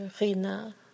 Rina